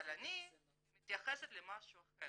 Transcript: אבל אני מתייחסת למשהו אחר